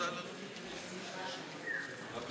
מימון מפלגות (תיקון מס' 35), התשע"ז 2017, נתקבל.